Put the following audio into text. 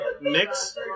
mix